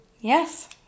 Yes